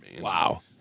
Wow